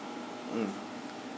mm